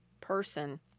person